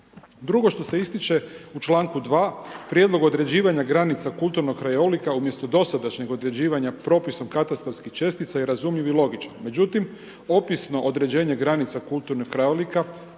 Drugo što se ističe u članku 2. prijedlog određivanja granica kulturnog krajolika, umjesto dosadašnjeg određivanja propisom katastarske čestice je razumljiv i logičan međutim, opisno određenje granica kulturnih krajolika,